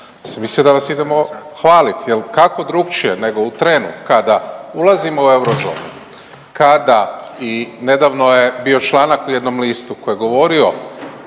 mislio da vas idemo hvaliti jer kako drukčije nego u trenu kada ulazimo u eurozonu, kada i nedavno je bio članak u jednom listu koji je govorio